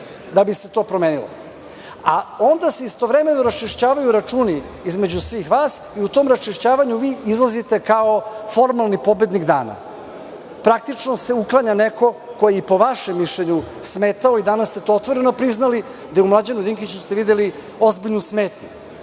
da bi se to promenilo. Onda se istovremeno raščišćavaju računi između svih vas i u tom raščišćavanju vi izlazite kao formalni pobednik dana. Praktično se uklanja neko ko je po vašem mišljenju smetao i danas ste to otvoreno priznali da ste u Mlađanu Dinkiću videli ozbiljnu smetnju